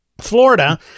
Florida